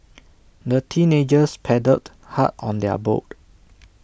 the teenagers paddled hard on their boat